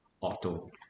auto